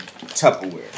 Tupperware